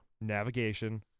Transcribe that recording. Navigation